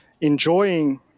enjoying